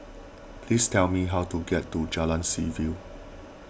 please tell me how to get to Jalan Seaview